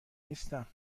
نیستم